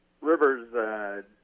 rivers